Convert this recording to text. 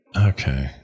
okay